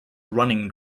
running